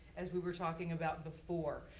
as we were talking about before.